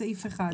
בסעיף 1